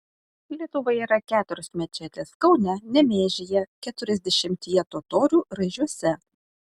lietuvoje yra keturios mečetės kaune nemėžyje keturiasdešimtyje totorių raižiuose